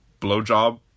blowjob